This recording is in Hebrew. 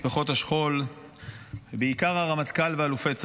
משפחות השכול ובעיקר הרמטכ"ל ואלופי צה"ל,